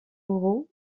moraux